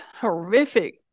horrific